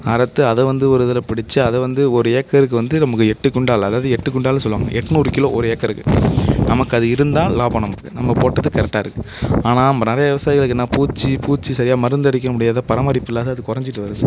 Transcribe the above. அறுத்து அதை வந்து ஒரு இதில் பிடித்து அதை வந்து ஒரு ஏக்கருக்கு வந்து நமக்கு எட்டு குவிண்டால் அதாவது எட்டு குவிண்டால்ன்னு சொல்லுவாங்க எட்நூறு கிலோ ஒரு ஏக்கருக்கு நமக்கு அது இருந்தால் லாபம் நமக்கு நம்ப போட்டது கரெட்டாக இருக்குது ஆனால் நிறைய விவசாயிகளுக்கு என்ன பூச்சி பூச்சி சரியாக மருந்து அடிக்க முடியாத பராமரிப்பு இல்லாத அது குறஞ்சிட்டு வருகுது